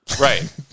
Right